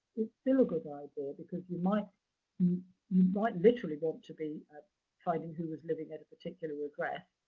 it's still a good idea because you might you might literally want to be finding who was living at a particular address.